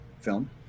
film